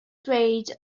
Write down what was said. ddweud